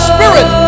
Spirit